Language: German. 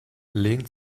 lehnt